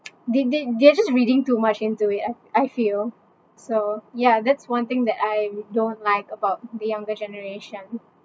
they they they're just reading too much into it I I feel so ya that's one thing that I don't like about the younger generation